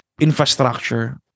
infrastructure